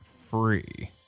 free